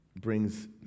brings